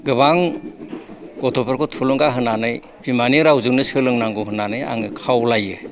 गोबां गथ'फोरखौ थुलुंगा होनानै बिमानि रावजोंनो सोलोंनांगौ होननानै आं खावलायो